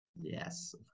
Yes